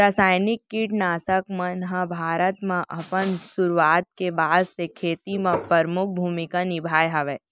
रासायनिक किट नाशक मन हा भारत मा अपन सुरुवात के बाद से खेती मा परमुख भूमिका निभाए हवे